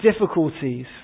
difficulties